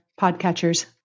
podcatchers